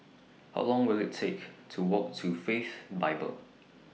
How Long Will IT Take to Walk to Faith Bible